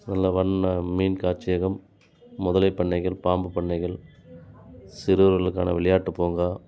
நல்ல வண்ண மீன் காட்சியகம் முதலைப் பண்ணைகள் பாம்புப் பண்ணைகள் சிறுவர்களுக்கான விளையாட்டுப் பூங்கா